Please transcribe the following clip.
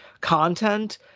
content